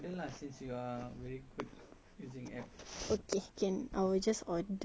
okay can I will just order point coin prata